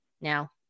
now